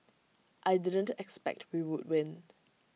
I didn't expect we would win